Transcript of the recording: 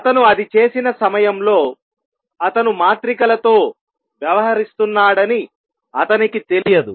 అతను అది చేసిన సమయంలో అతను మాత్రికలతో వ్యవహరిస్తున్నాడని అతనికి తెలియదు